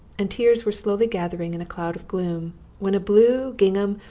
and tears were slowly gathering in a cloud of gloom when a blue gingham,